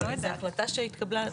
באיזו מסגרת ההחלטה התקבלה?